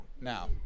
Now